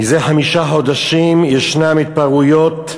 מזה חמישה חודשים ישנן התפרעויות,